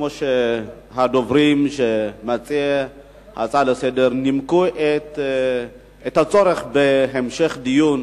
כמו שמציעי ההצעה לסדר-היום נימקו את הצורך בהמשך דיון.